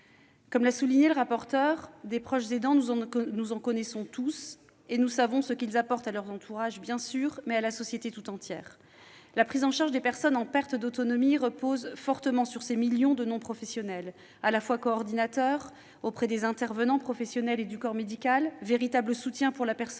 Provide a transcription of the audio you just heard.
Comme l'a souligné M. le rapporteur, des proches aidants, nous en connaissons tous, et nous savons ce qu'ils apportent à leur entourage et à la société tout entière. La prise en charge des personnes en perte d'autonomie repose fortement sur ces millions de non-professionnels. À la fois coordinateurs auprès des intervenants professionnels et du corps médical et véritable soutien pour la personne